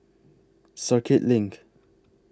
Circuit LINK